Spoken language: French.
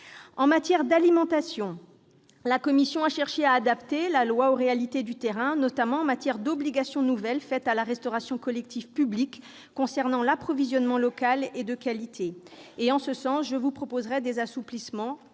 En matière d'alimentation, la commission a cherché à adapter la loi aux réalités du terrain, notamment s'agissant des obligations nouvelles faites à la restauration collective publique concernant l'approvisionnement local et de qualité. En ce sens, je vous proposerai des assouplissements